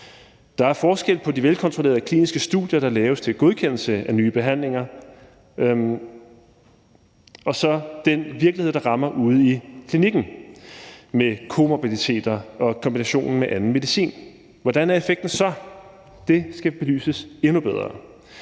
Der er forskel på de velkontrollerede kliniske studier, der laves til godkendelse af nye behandlinger, og så den virkelighed, der rammer ude i klinikken med komorbiditet og kombinationen med anden medicin. Hvordan er effekten så? Det skal belyses endnu bedre.